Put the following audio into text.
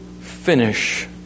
finish